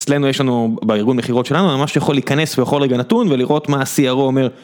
אצלנו יש לנו, בארגון מכירות שלנו, ממש יכול להיכנס בכל רגע נתון ולראות מה הCRO אומר.